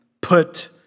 put